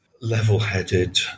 level-headed